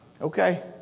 okay